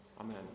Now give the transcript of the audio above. Amen